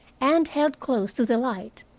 and held close to the light,